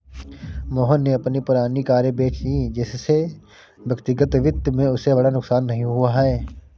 मोहन ने अपनी पुरानी कारें बेची जिससे व्यक्तिगत वित्त में उसे बड़ा नुकसान नहीं हुआ है